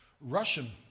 Russian